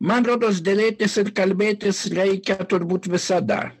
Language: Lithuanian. man rodos derėtis ir kalbėtis reikia turbūt visada